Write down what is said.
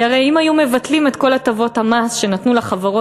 כי הרי אם היו מבטלים את כל הטבות המס שנתנו לחברות,